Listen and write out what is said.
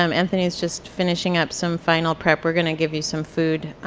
um anthony is just finishing up some final prep. we're gonna give you some food.